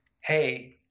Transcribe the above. Hey